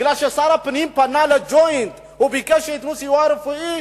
משום ששר הפנים פנה ל"ג'וינט" וביקש שייתנו סיוע רפואי,